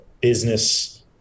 business